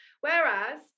Whereas